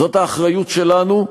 זאת האחריות שלנו,